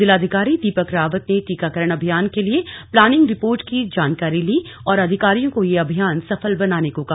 जिलाधिकारी दीपक रावत ने टीकाकरण अभियान के लिए प्लानिंग रिर्पोट की जानकारी ली और अधिकारियों को यह अभियान सफल बनाने को कहा